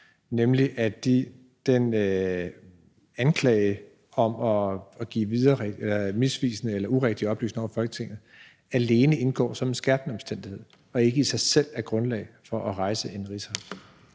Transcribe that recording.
nemlig at den anklage om at give misvisende eller urigtige oplysninger til Folketinget alene indgår som en skærpende omstændighed og ikke i sig selv er grundlag for at rejse en rigsretssag.